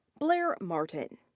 blaire martin.